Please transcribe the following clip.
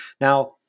Now